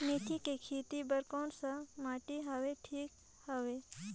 मेथी के खेती बार कोन सा माटी हवे ठीक हवे?